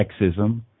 sexism